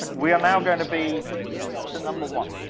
we are now going to be to number one.